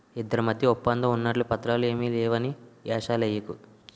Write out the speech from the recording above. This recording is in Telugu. ఇద్దరి మధ్య ఒప్పందం ఉన్నట్లు పత్రాలు ఏమీ లేవని ఏషాలెయ్యకు